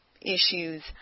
issues